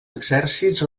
exèrcits